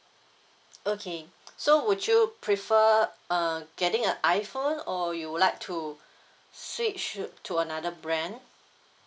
okay so would you prefer uh getting a iphone or you would like to switch to another brand